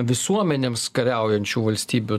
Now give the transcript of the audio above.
visuomenėms kariaujančių valstybių